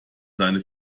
seine